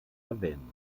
erwähnen